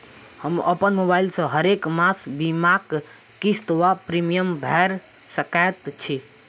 हम अप्पन मोबाइल सँ हरेक मास बीमाक किस्त वा प्रिमियम भैर सकैत छी?